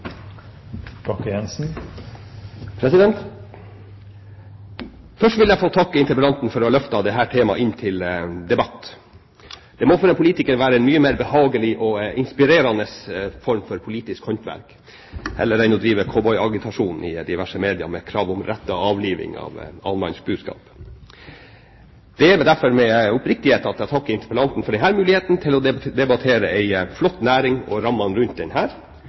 takke interpellanten for å ha løftet dette temaet inn til debatt. Dette må for en politiker være en mye mer behagelig og inspirerende form for politisk håndverk enn å drive cowboyagitasjon i diverse medier med krav om rettet avliving av annenmanns buskap. Det er derfor med oppriktighet jeg takker interpellanten for denne muligheten til å debattere en flott næring og rammene rundt